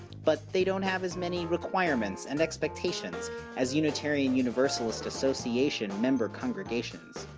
but they don't have as many requirements and expectation as unitarian universalist association member congregations.